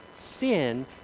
Sin